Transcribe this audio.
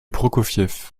prokofiev